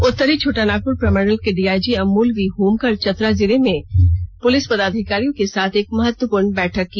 उत्तरी छोटानागपुर प्रमंडल के डीआईजी अमोल वी होमकर चतरा में जिले के पुलिस पदाधिकारियों के साथ एक महत्वपूर्ण बैठक की